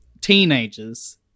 teenagers